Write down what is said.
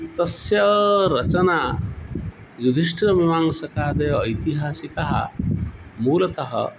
तस्य रचना युधिष्टिरः मीमांसकादयः ऐतिहासिकः मूलतः